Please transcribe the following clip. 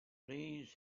please